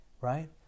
right